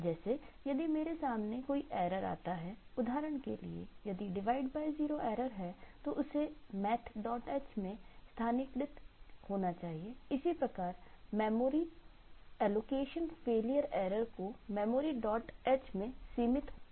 जैसे यदि मेरे सामने कोई एरर आता है उदाहरण के लिए यदि डिवाइड बाय जीरो एरर को memoryh में सीमित होना चाहिए